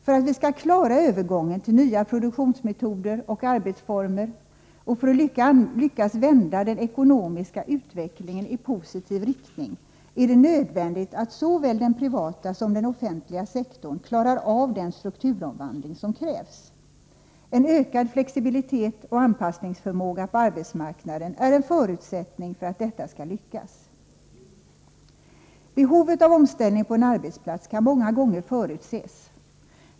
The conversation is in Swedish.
För att vi skall klara övergången till nya produktionsmetoder och arbetsformer och för att vi skall lyckas vända den ekonomiska utvecklingen i positiv riktning är det nödvändigt att såväl den privata som den offentliga sektorn klarar av den strukturomvandling som krävs. En ökad flexibilitet och anpassningsförmåga på arbetsmarknaden är en förutsättning för att detta skall lyckas. Behovet av omställning på en arbetsplats kan många gånger förutses.